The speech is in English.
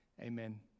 Amen